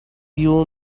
you